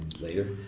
later